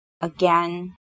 again